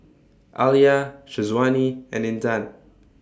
Alya Syazwani and Intan